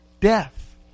death